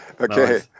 Okay